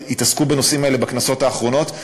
שהתעסקו בנושאים האלה בכנסות האחרונות.